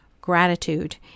gratitude